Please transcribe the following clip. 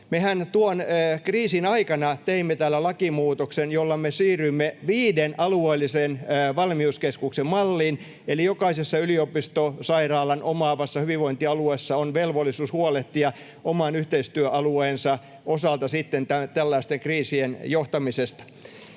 kriisin aikana teimme täällä lakimuutoksen, jolla me siirryimme viiden alueellisen valmiuskeskuksen malliin. Eli jokaisella yliopistosairaalan omaavalla hyvinvointialueella on velvollisuus huolehtia oman yhteistyöalueensa osalta sitten tällaisten